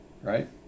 right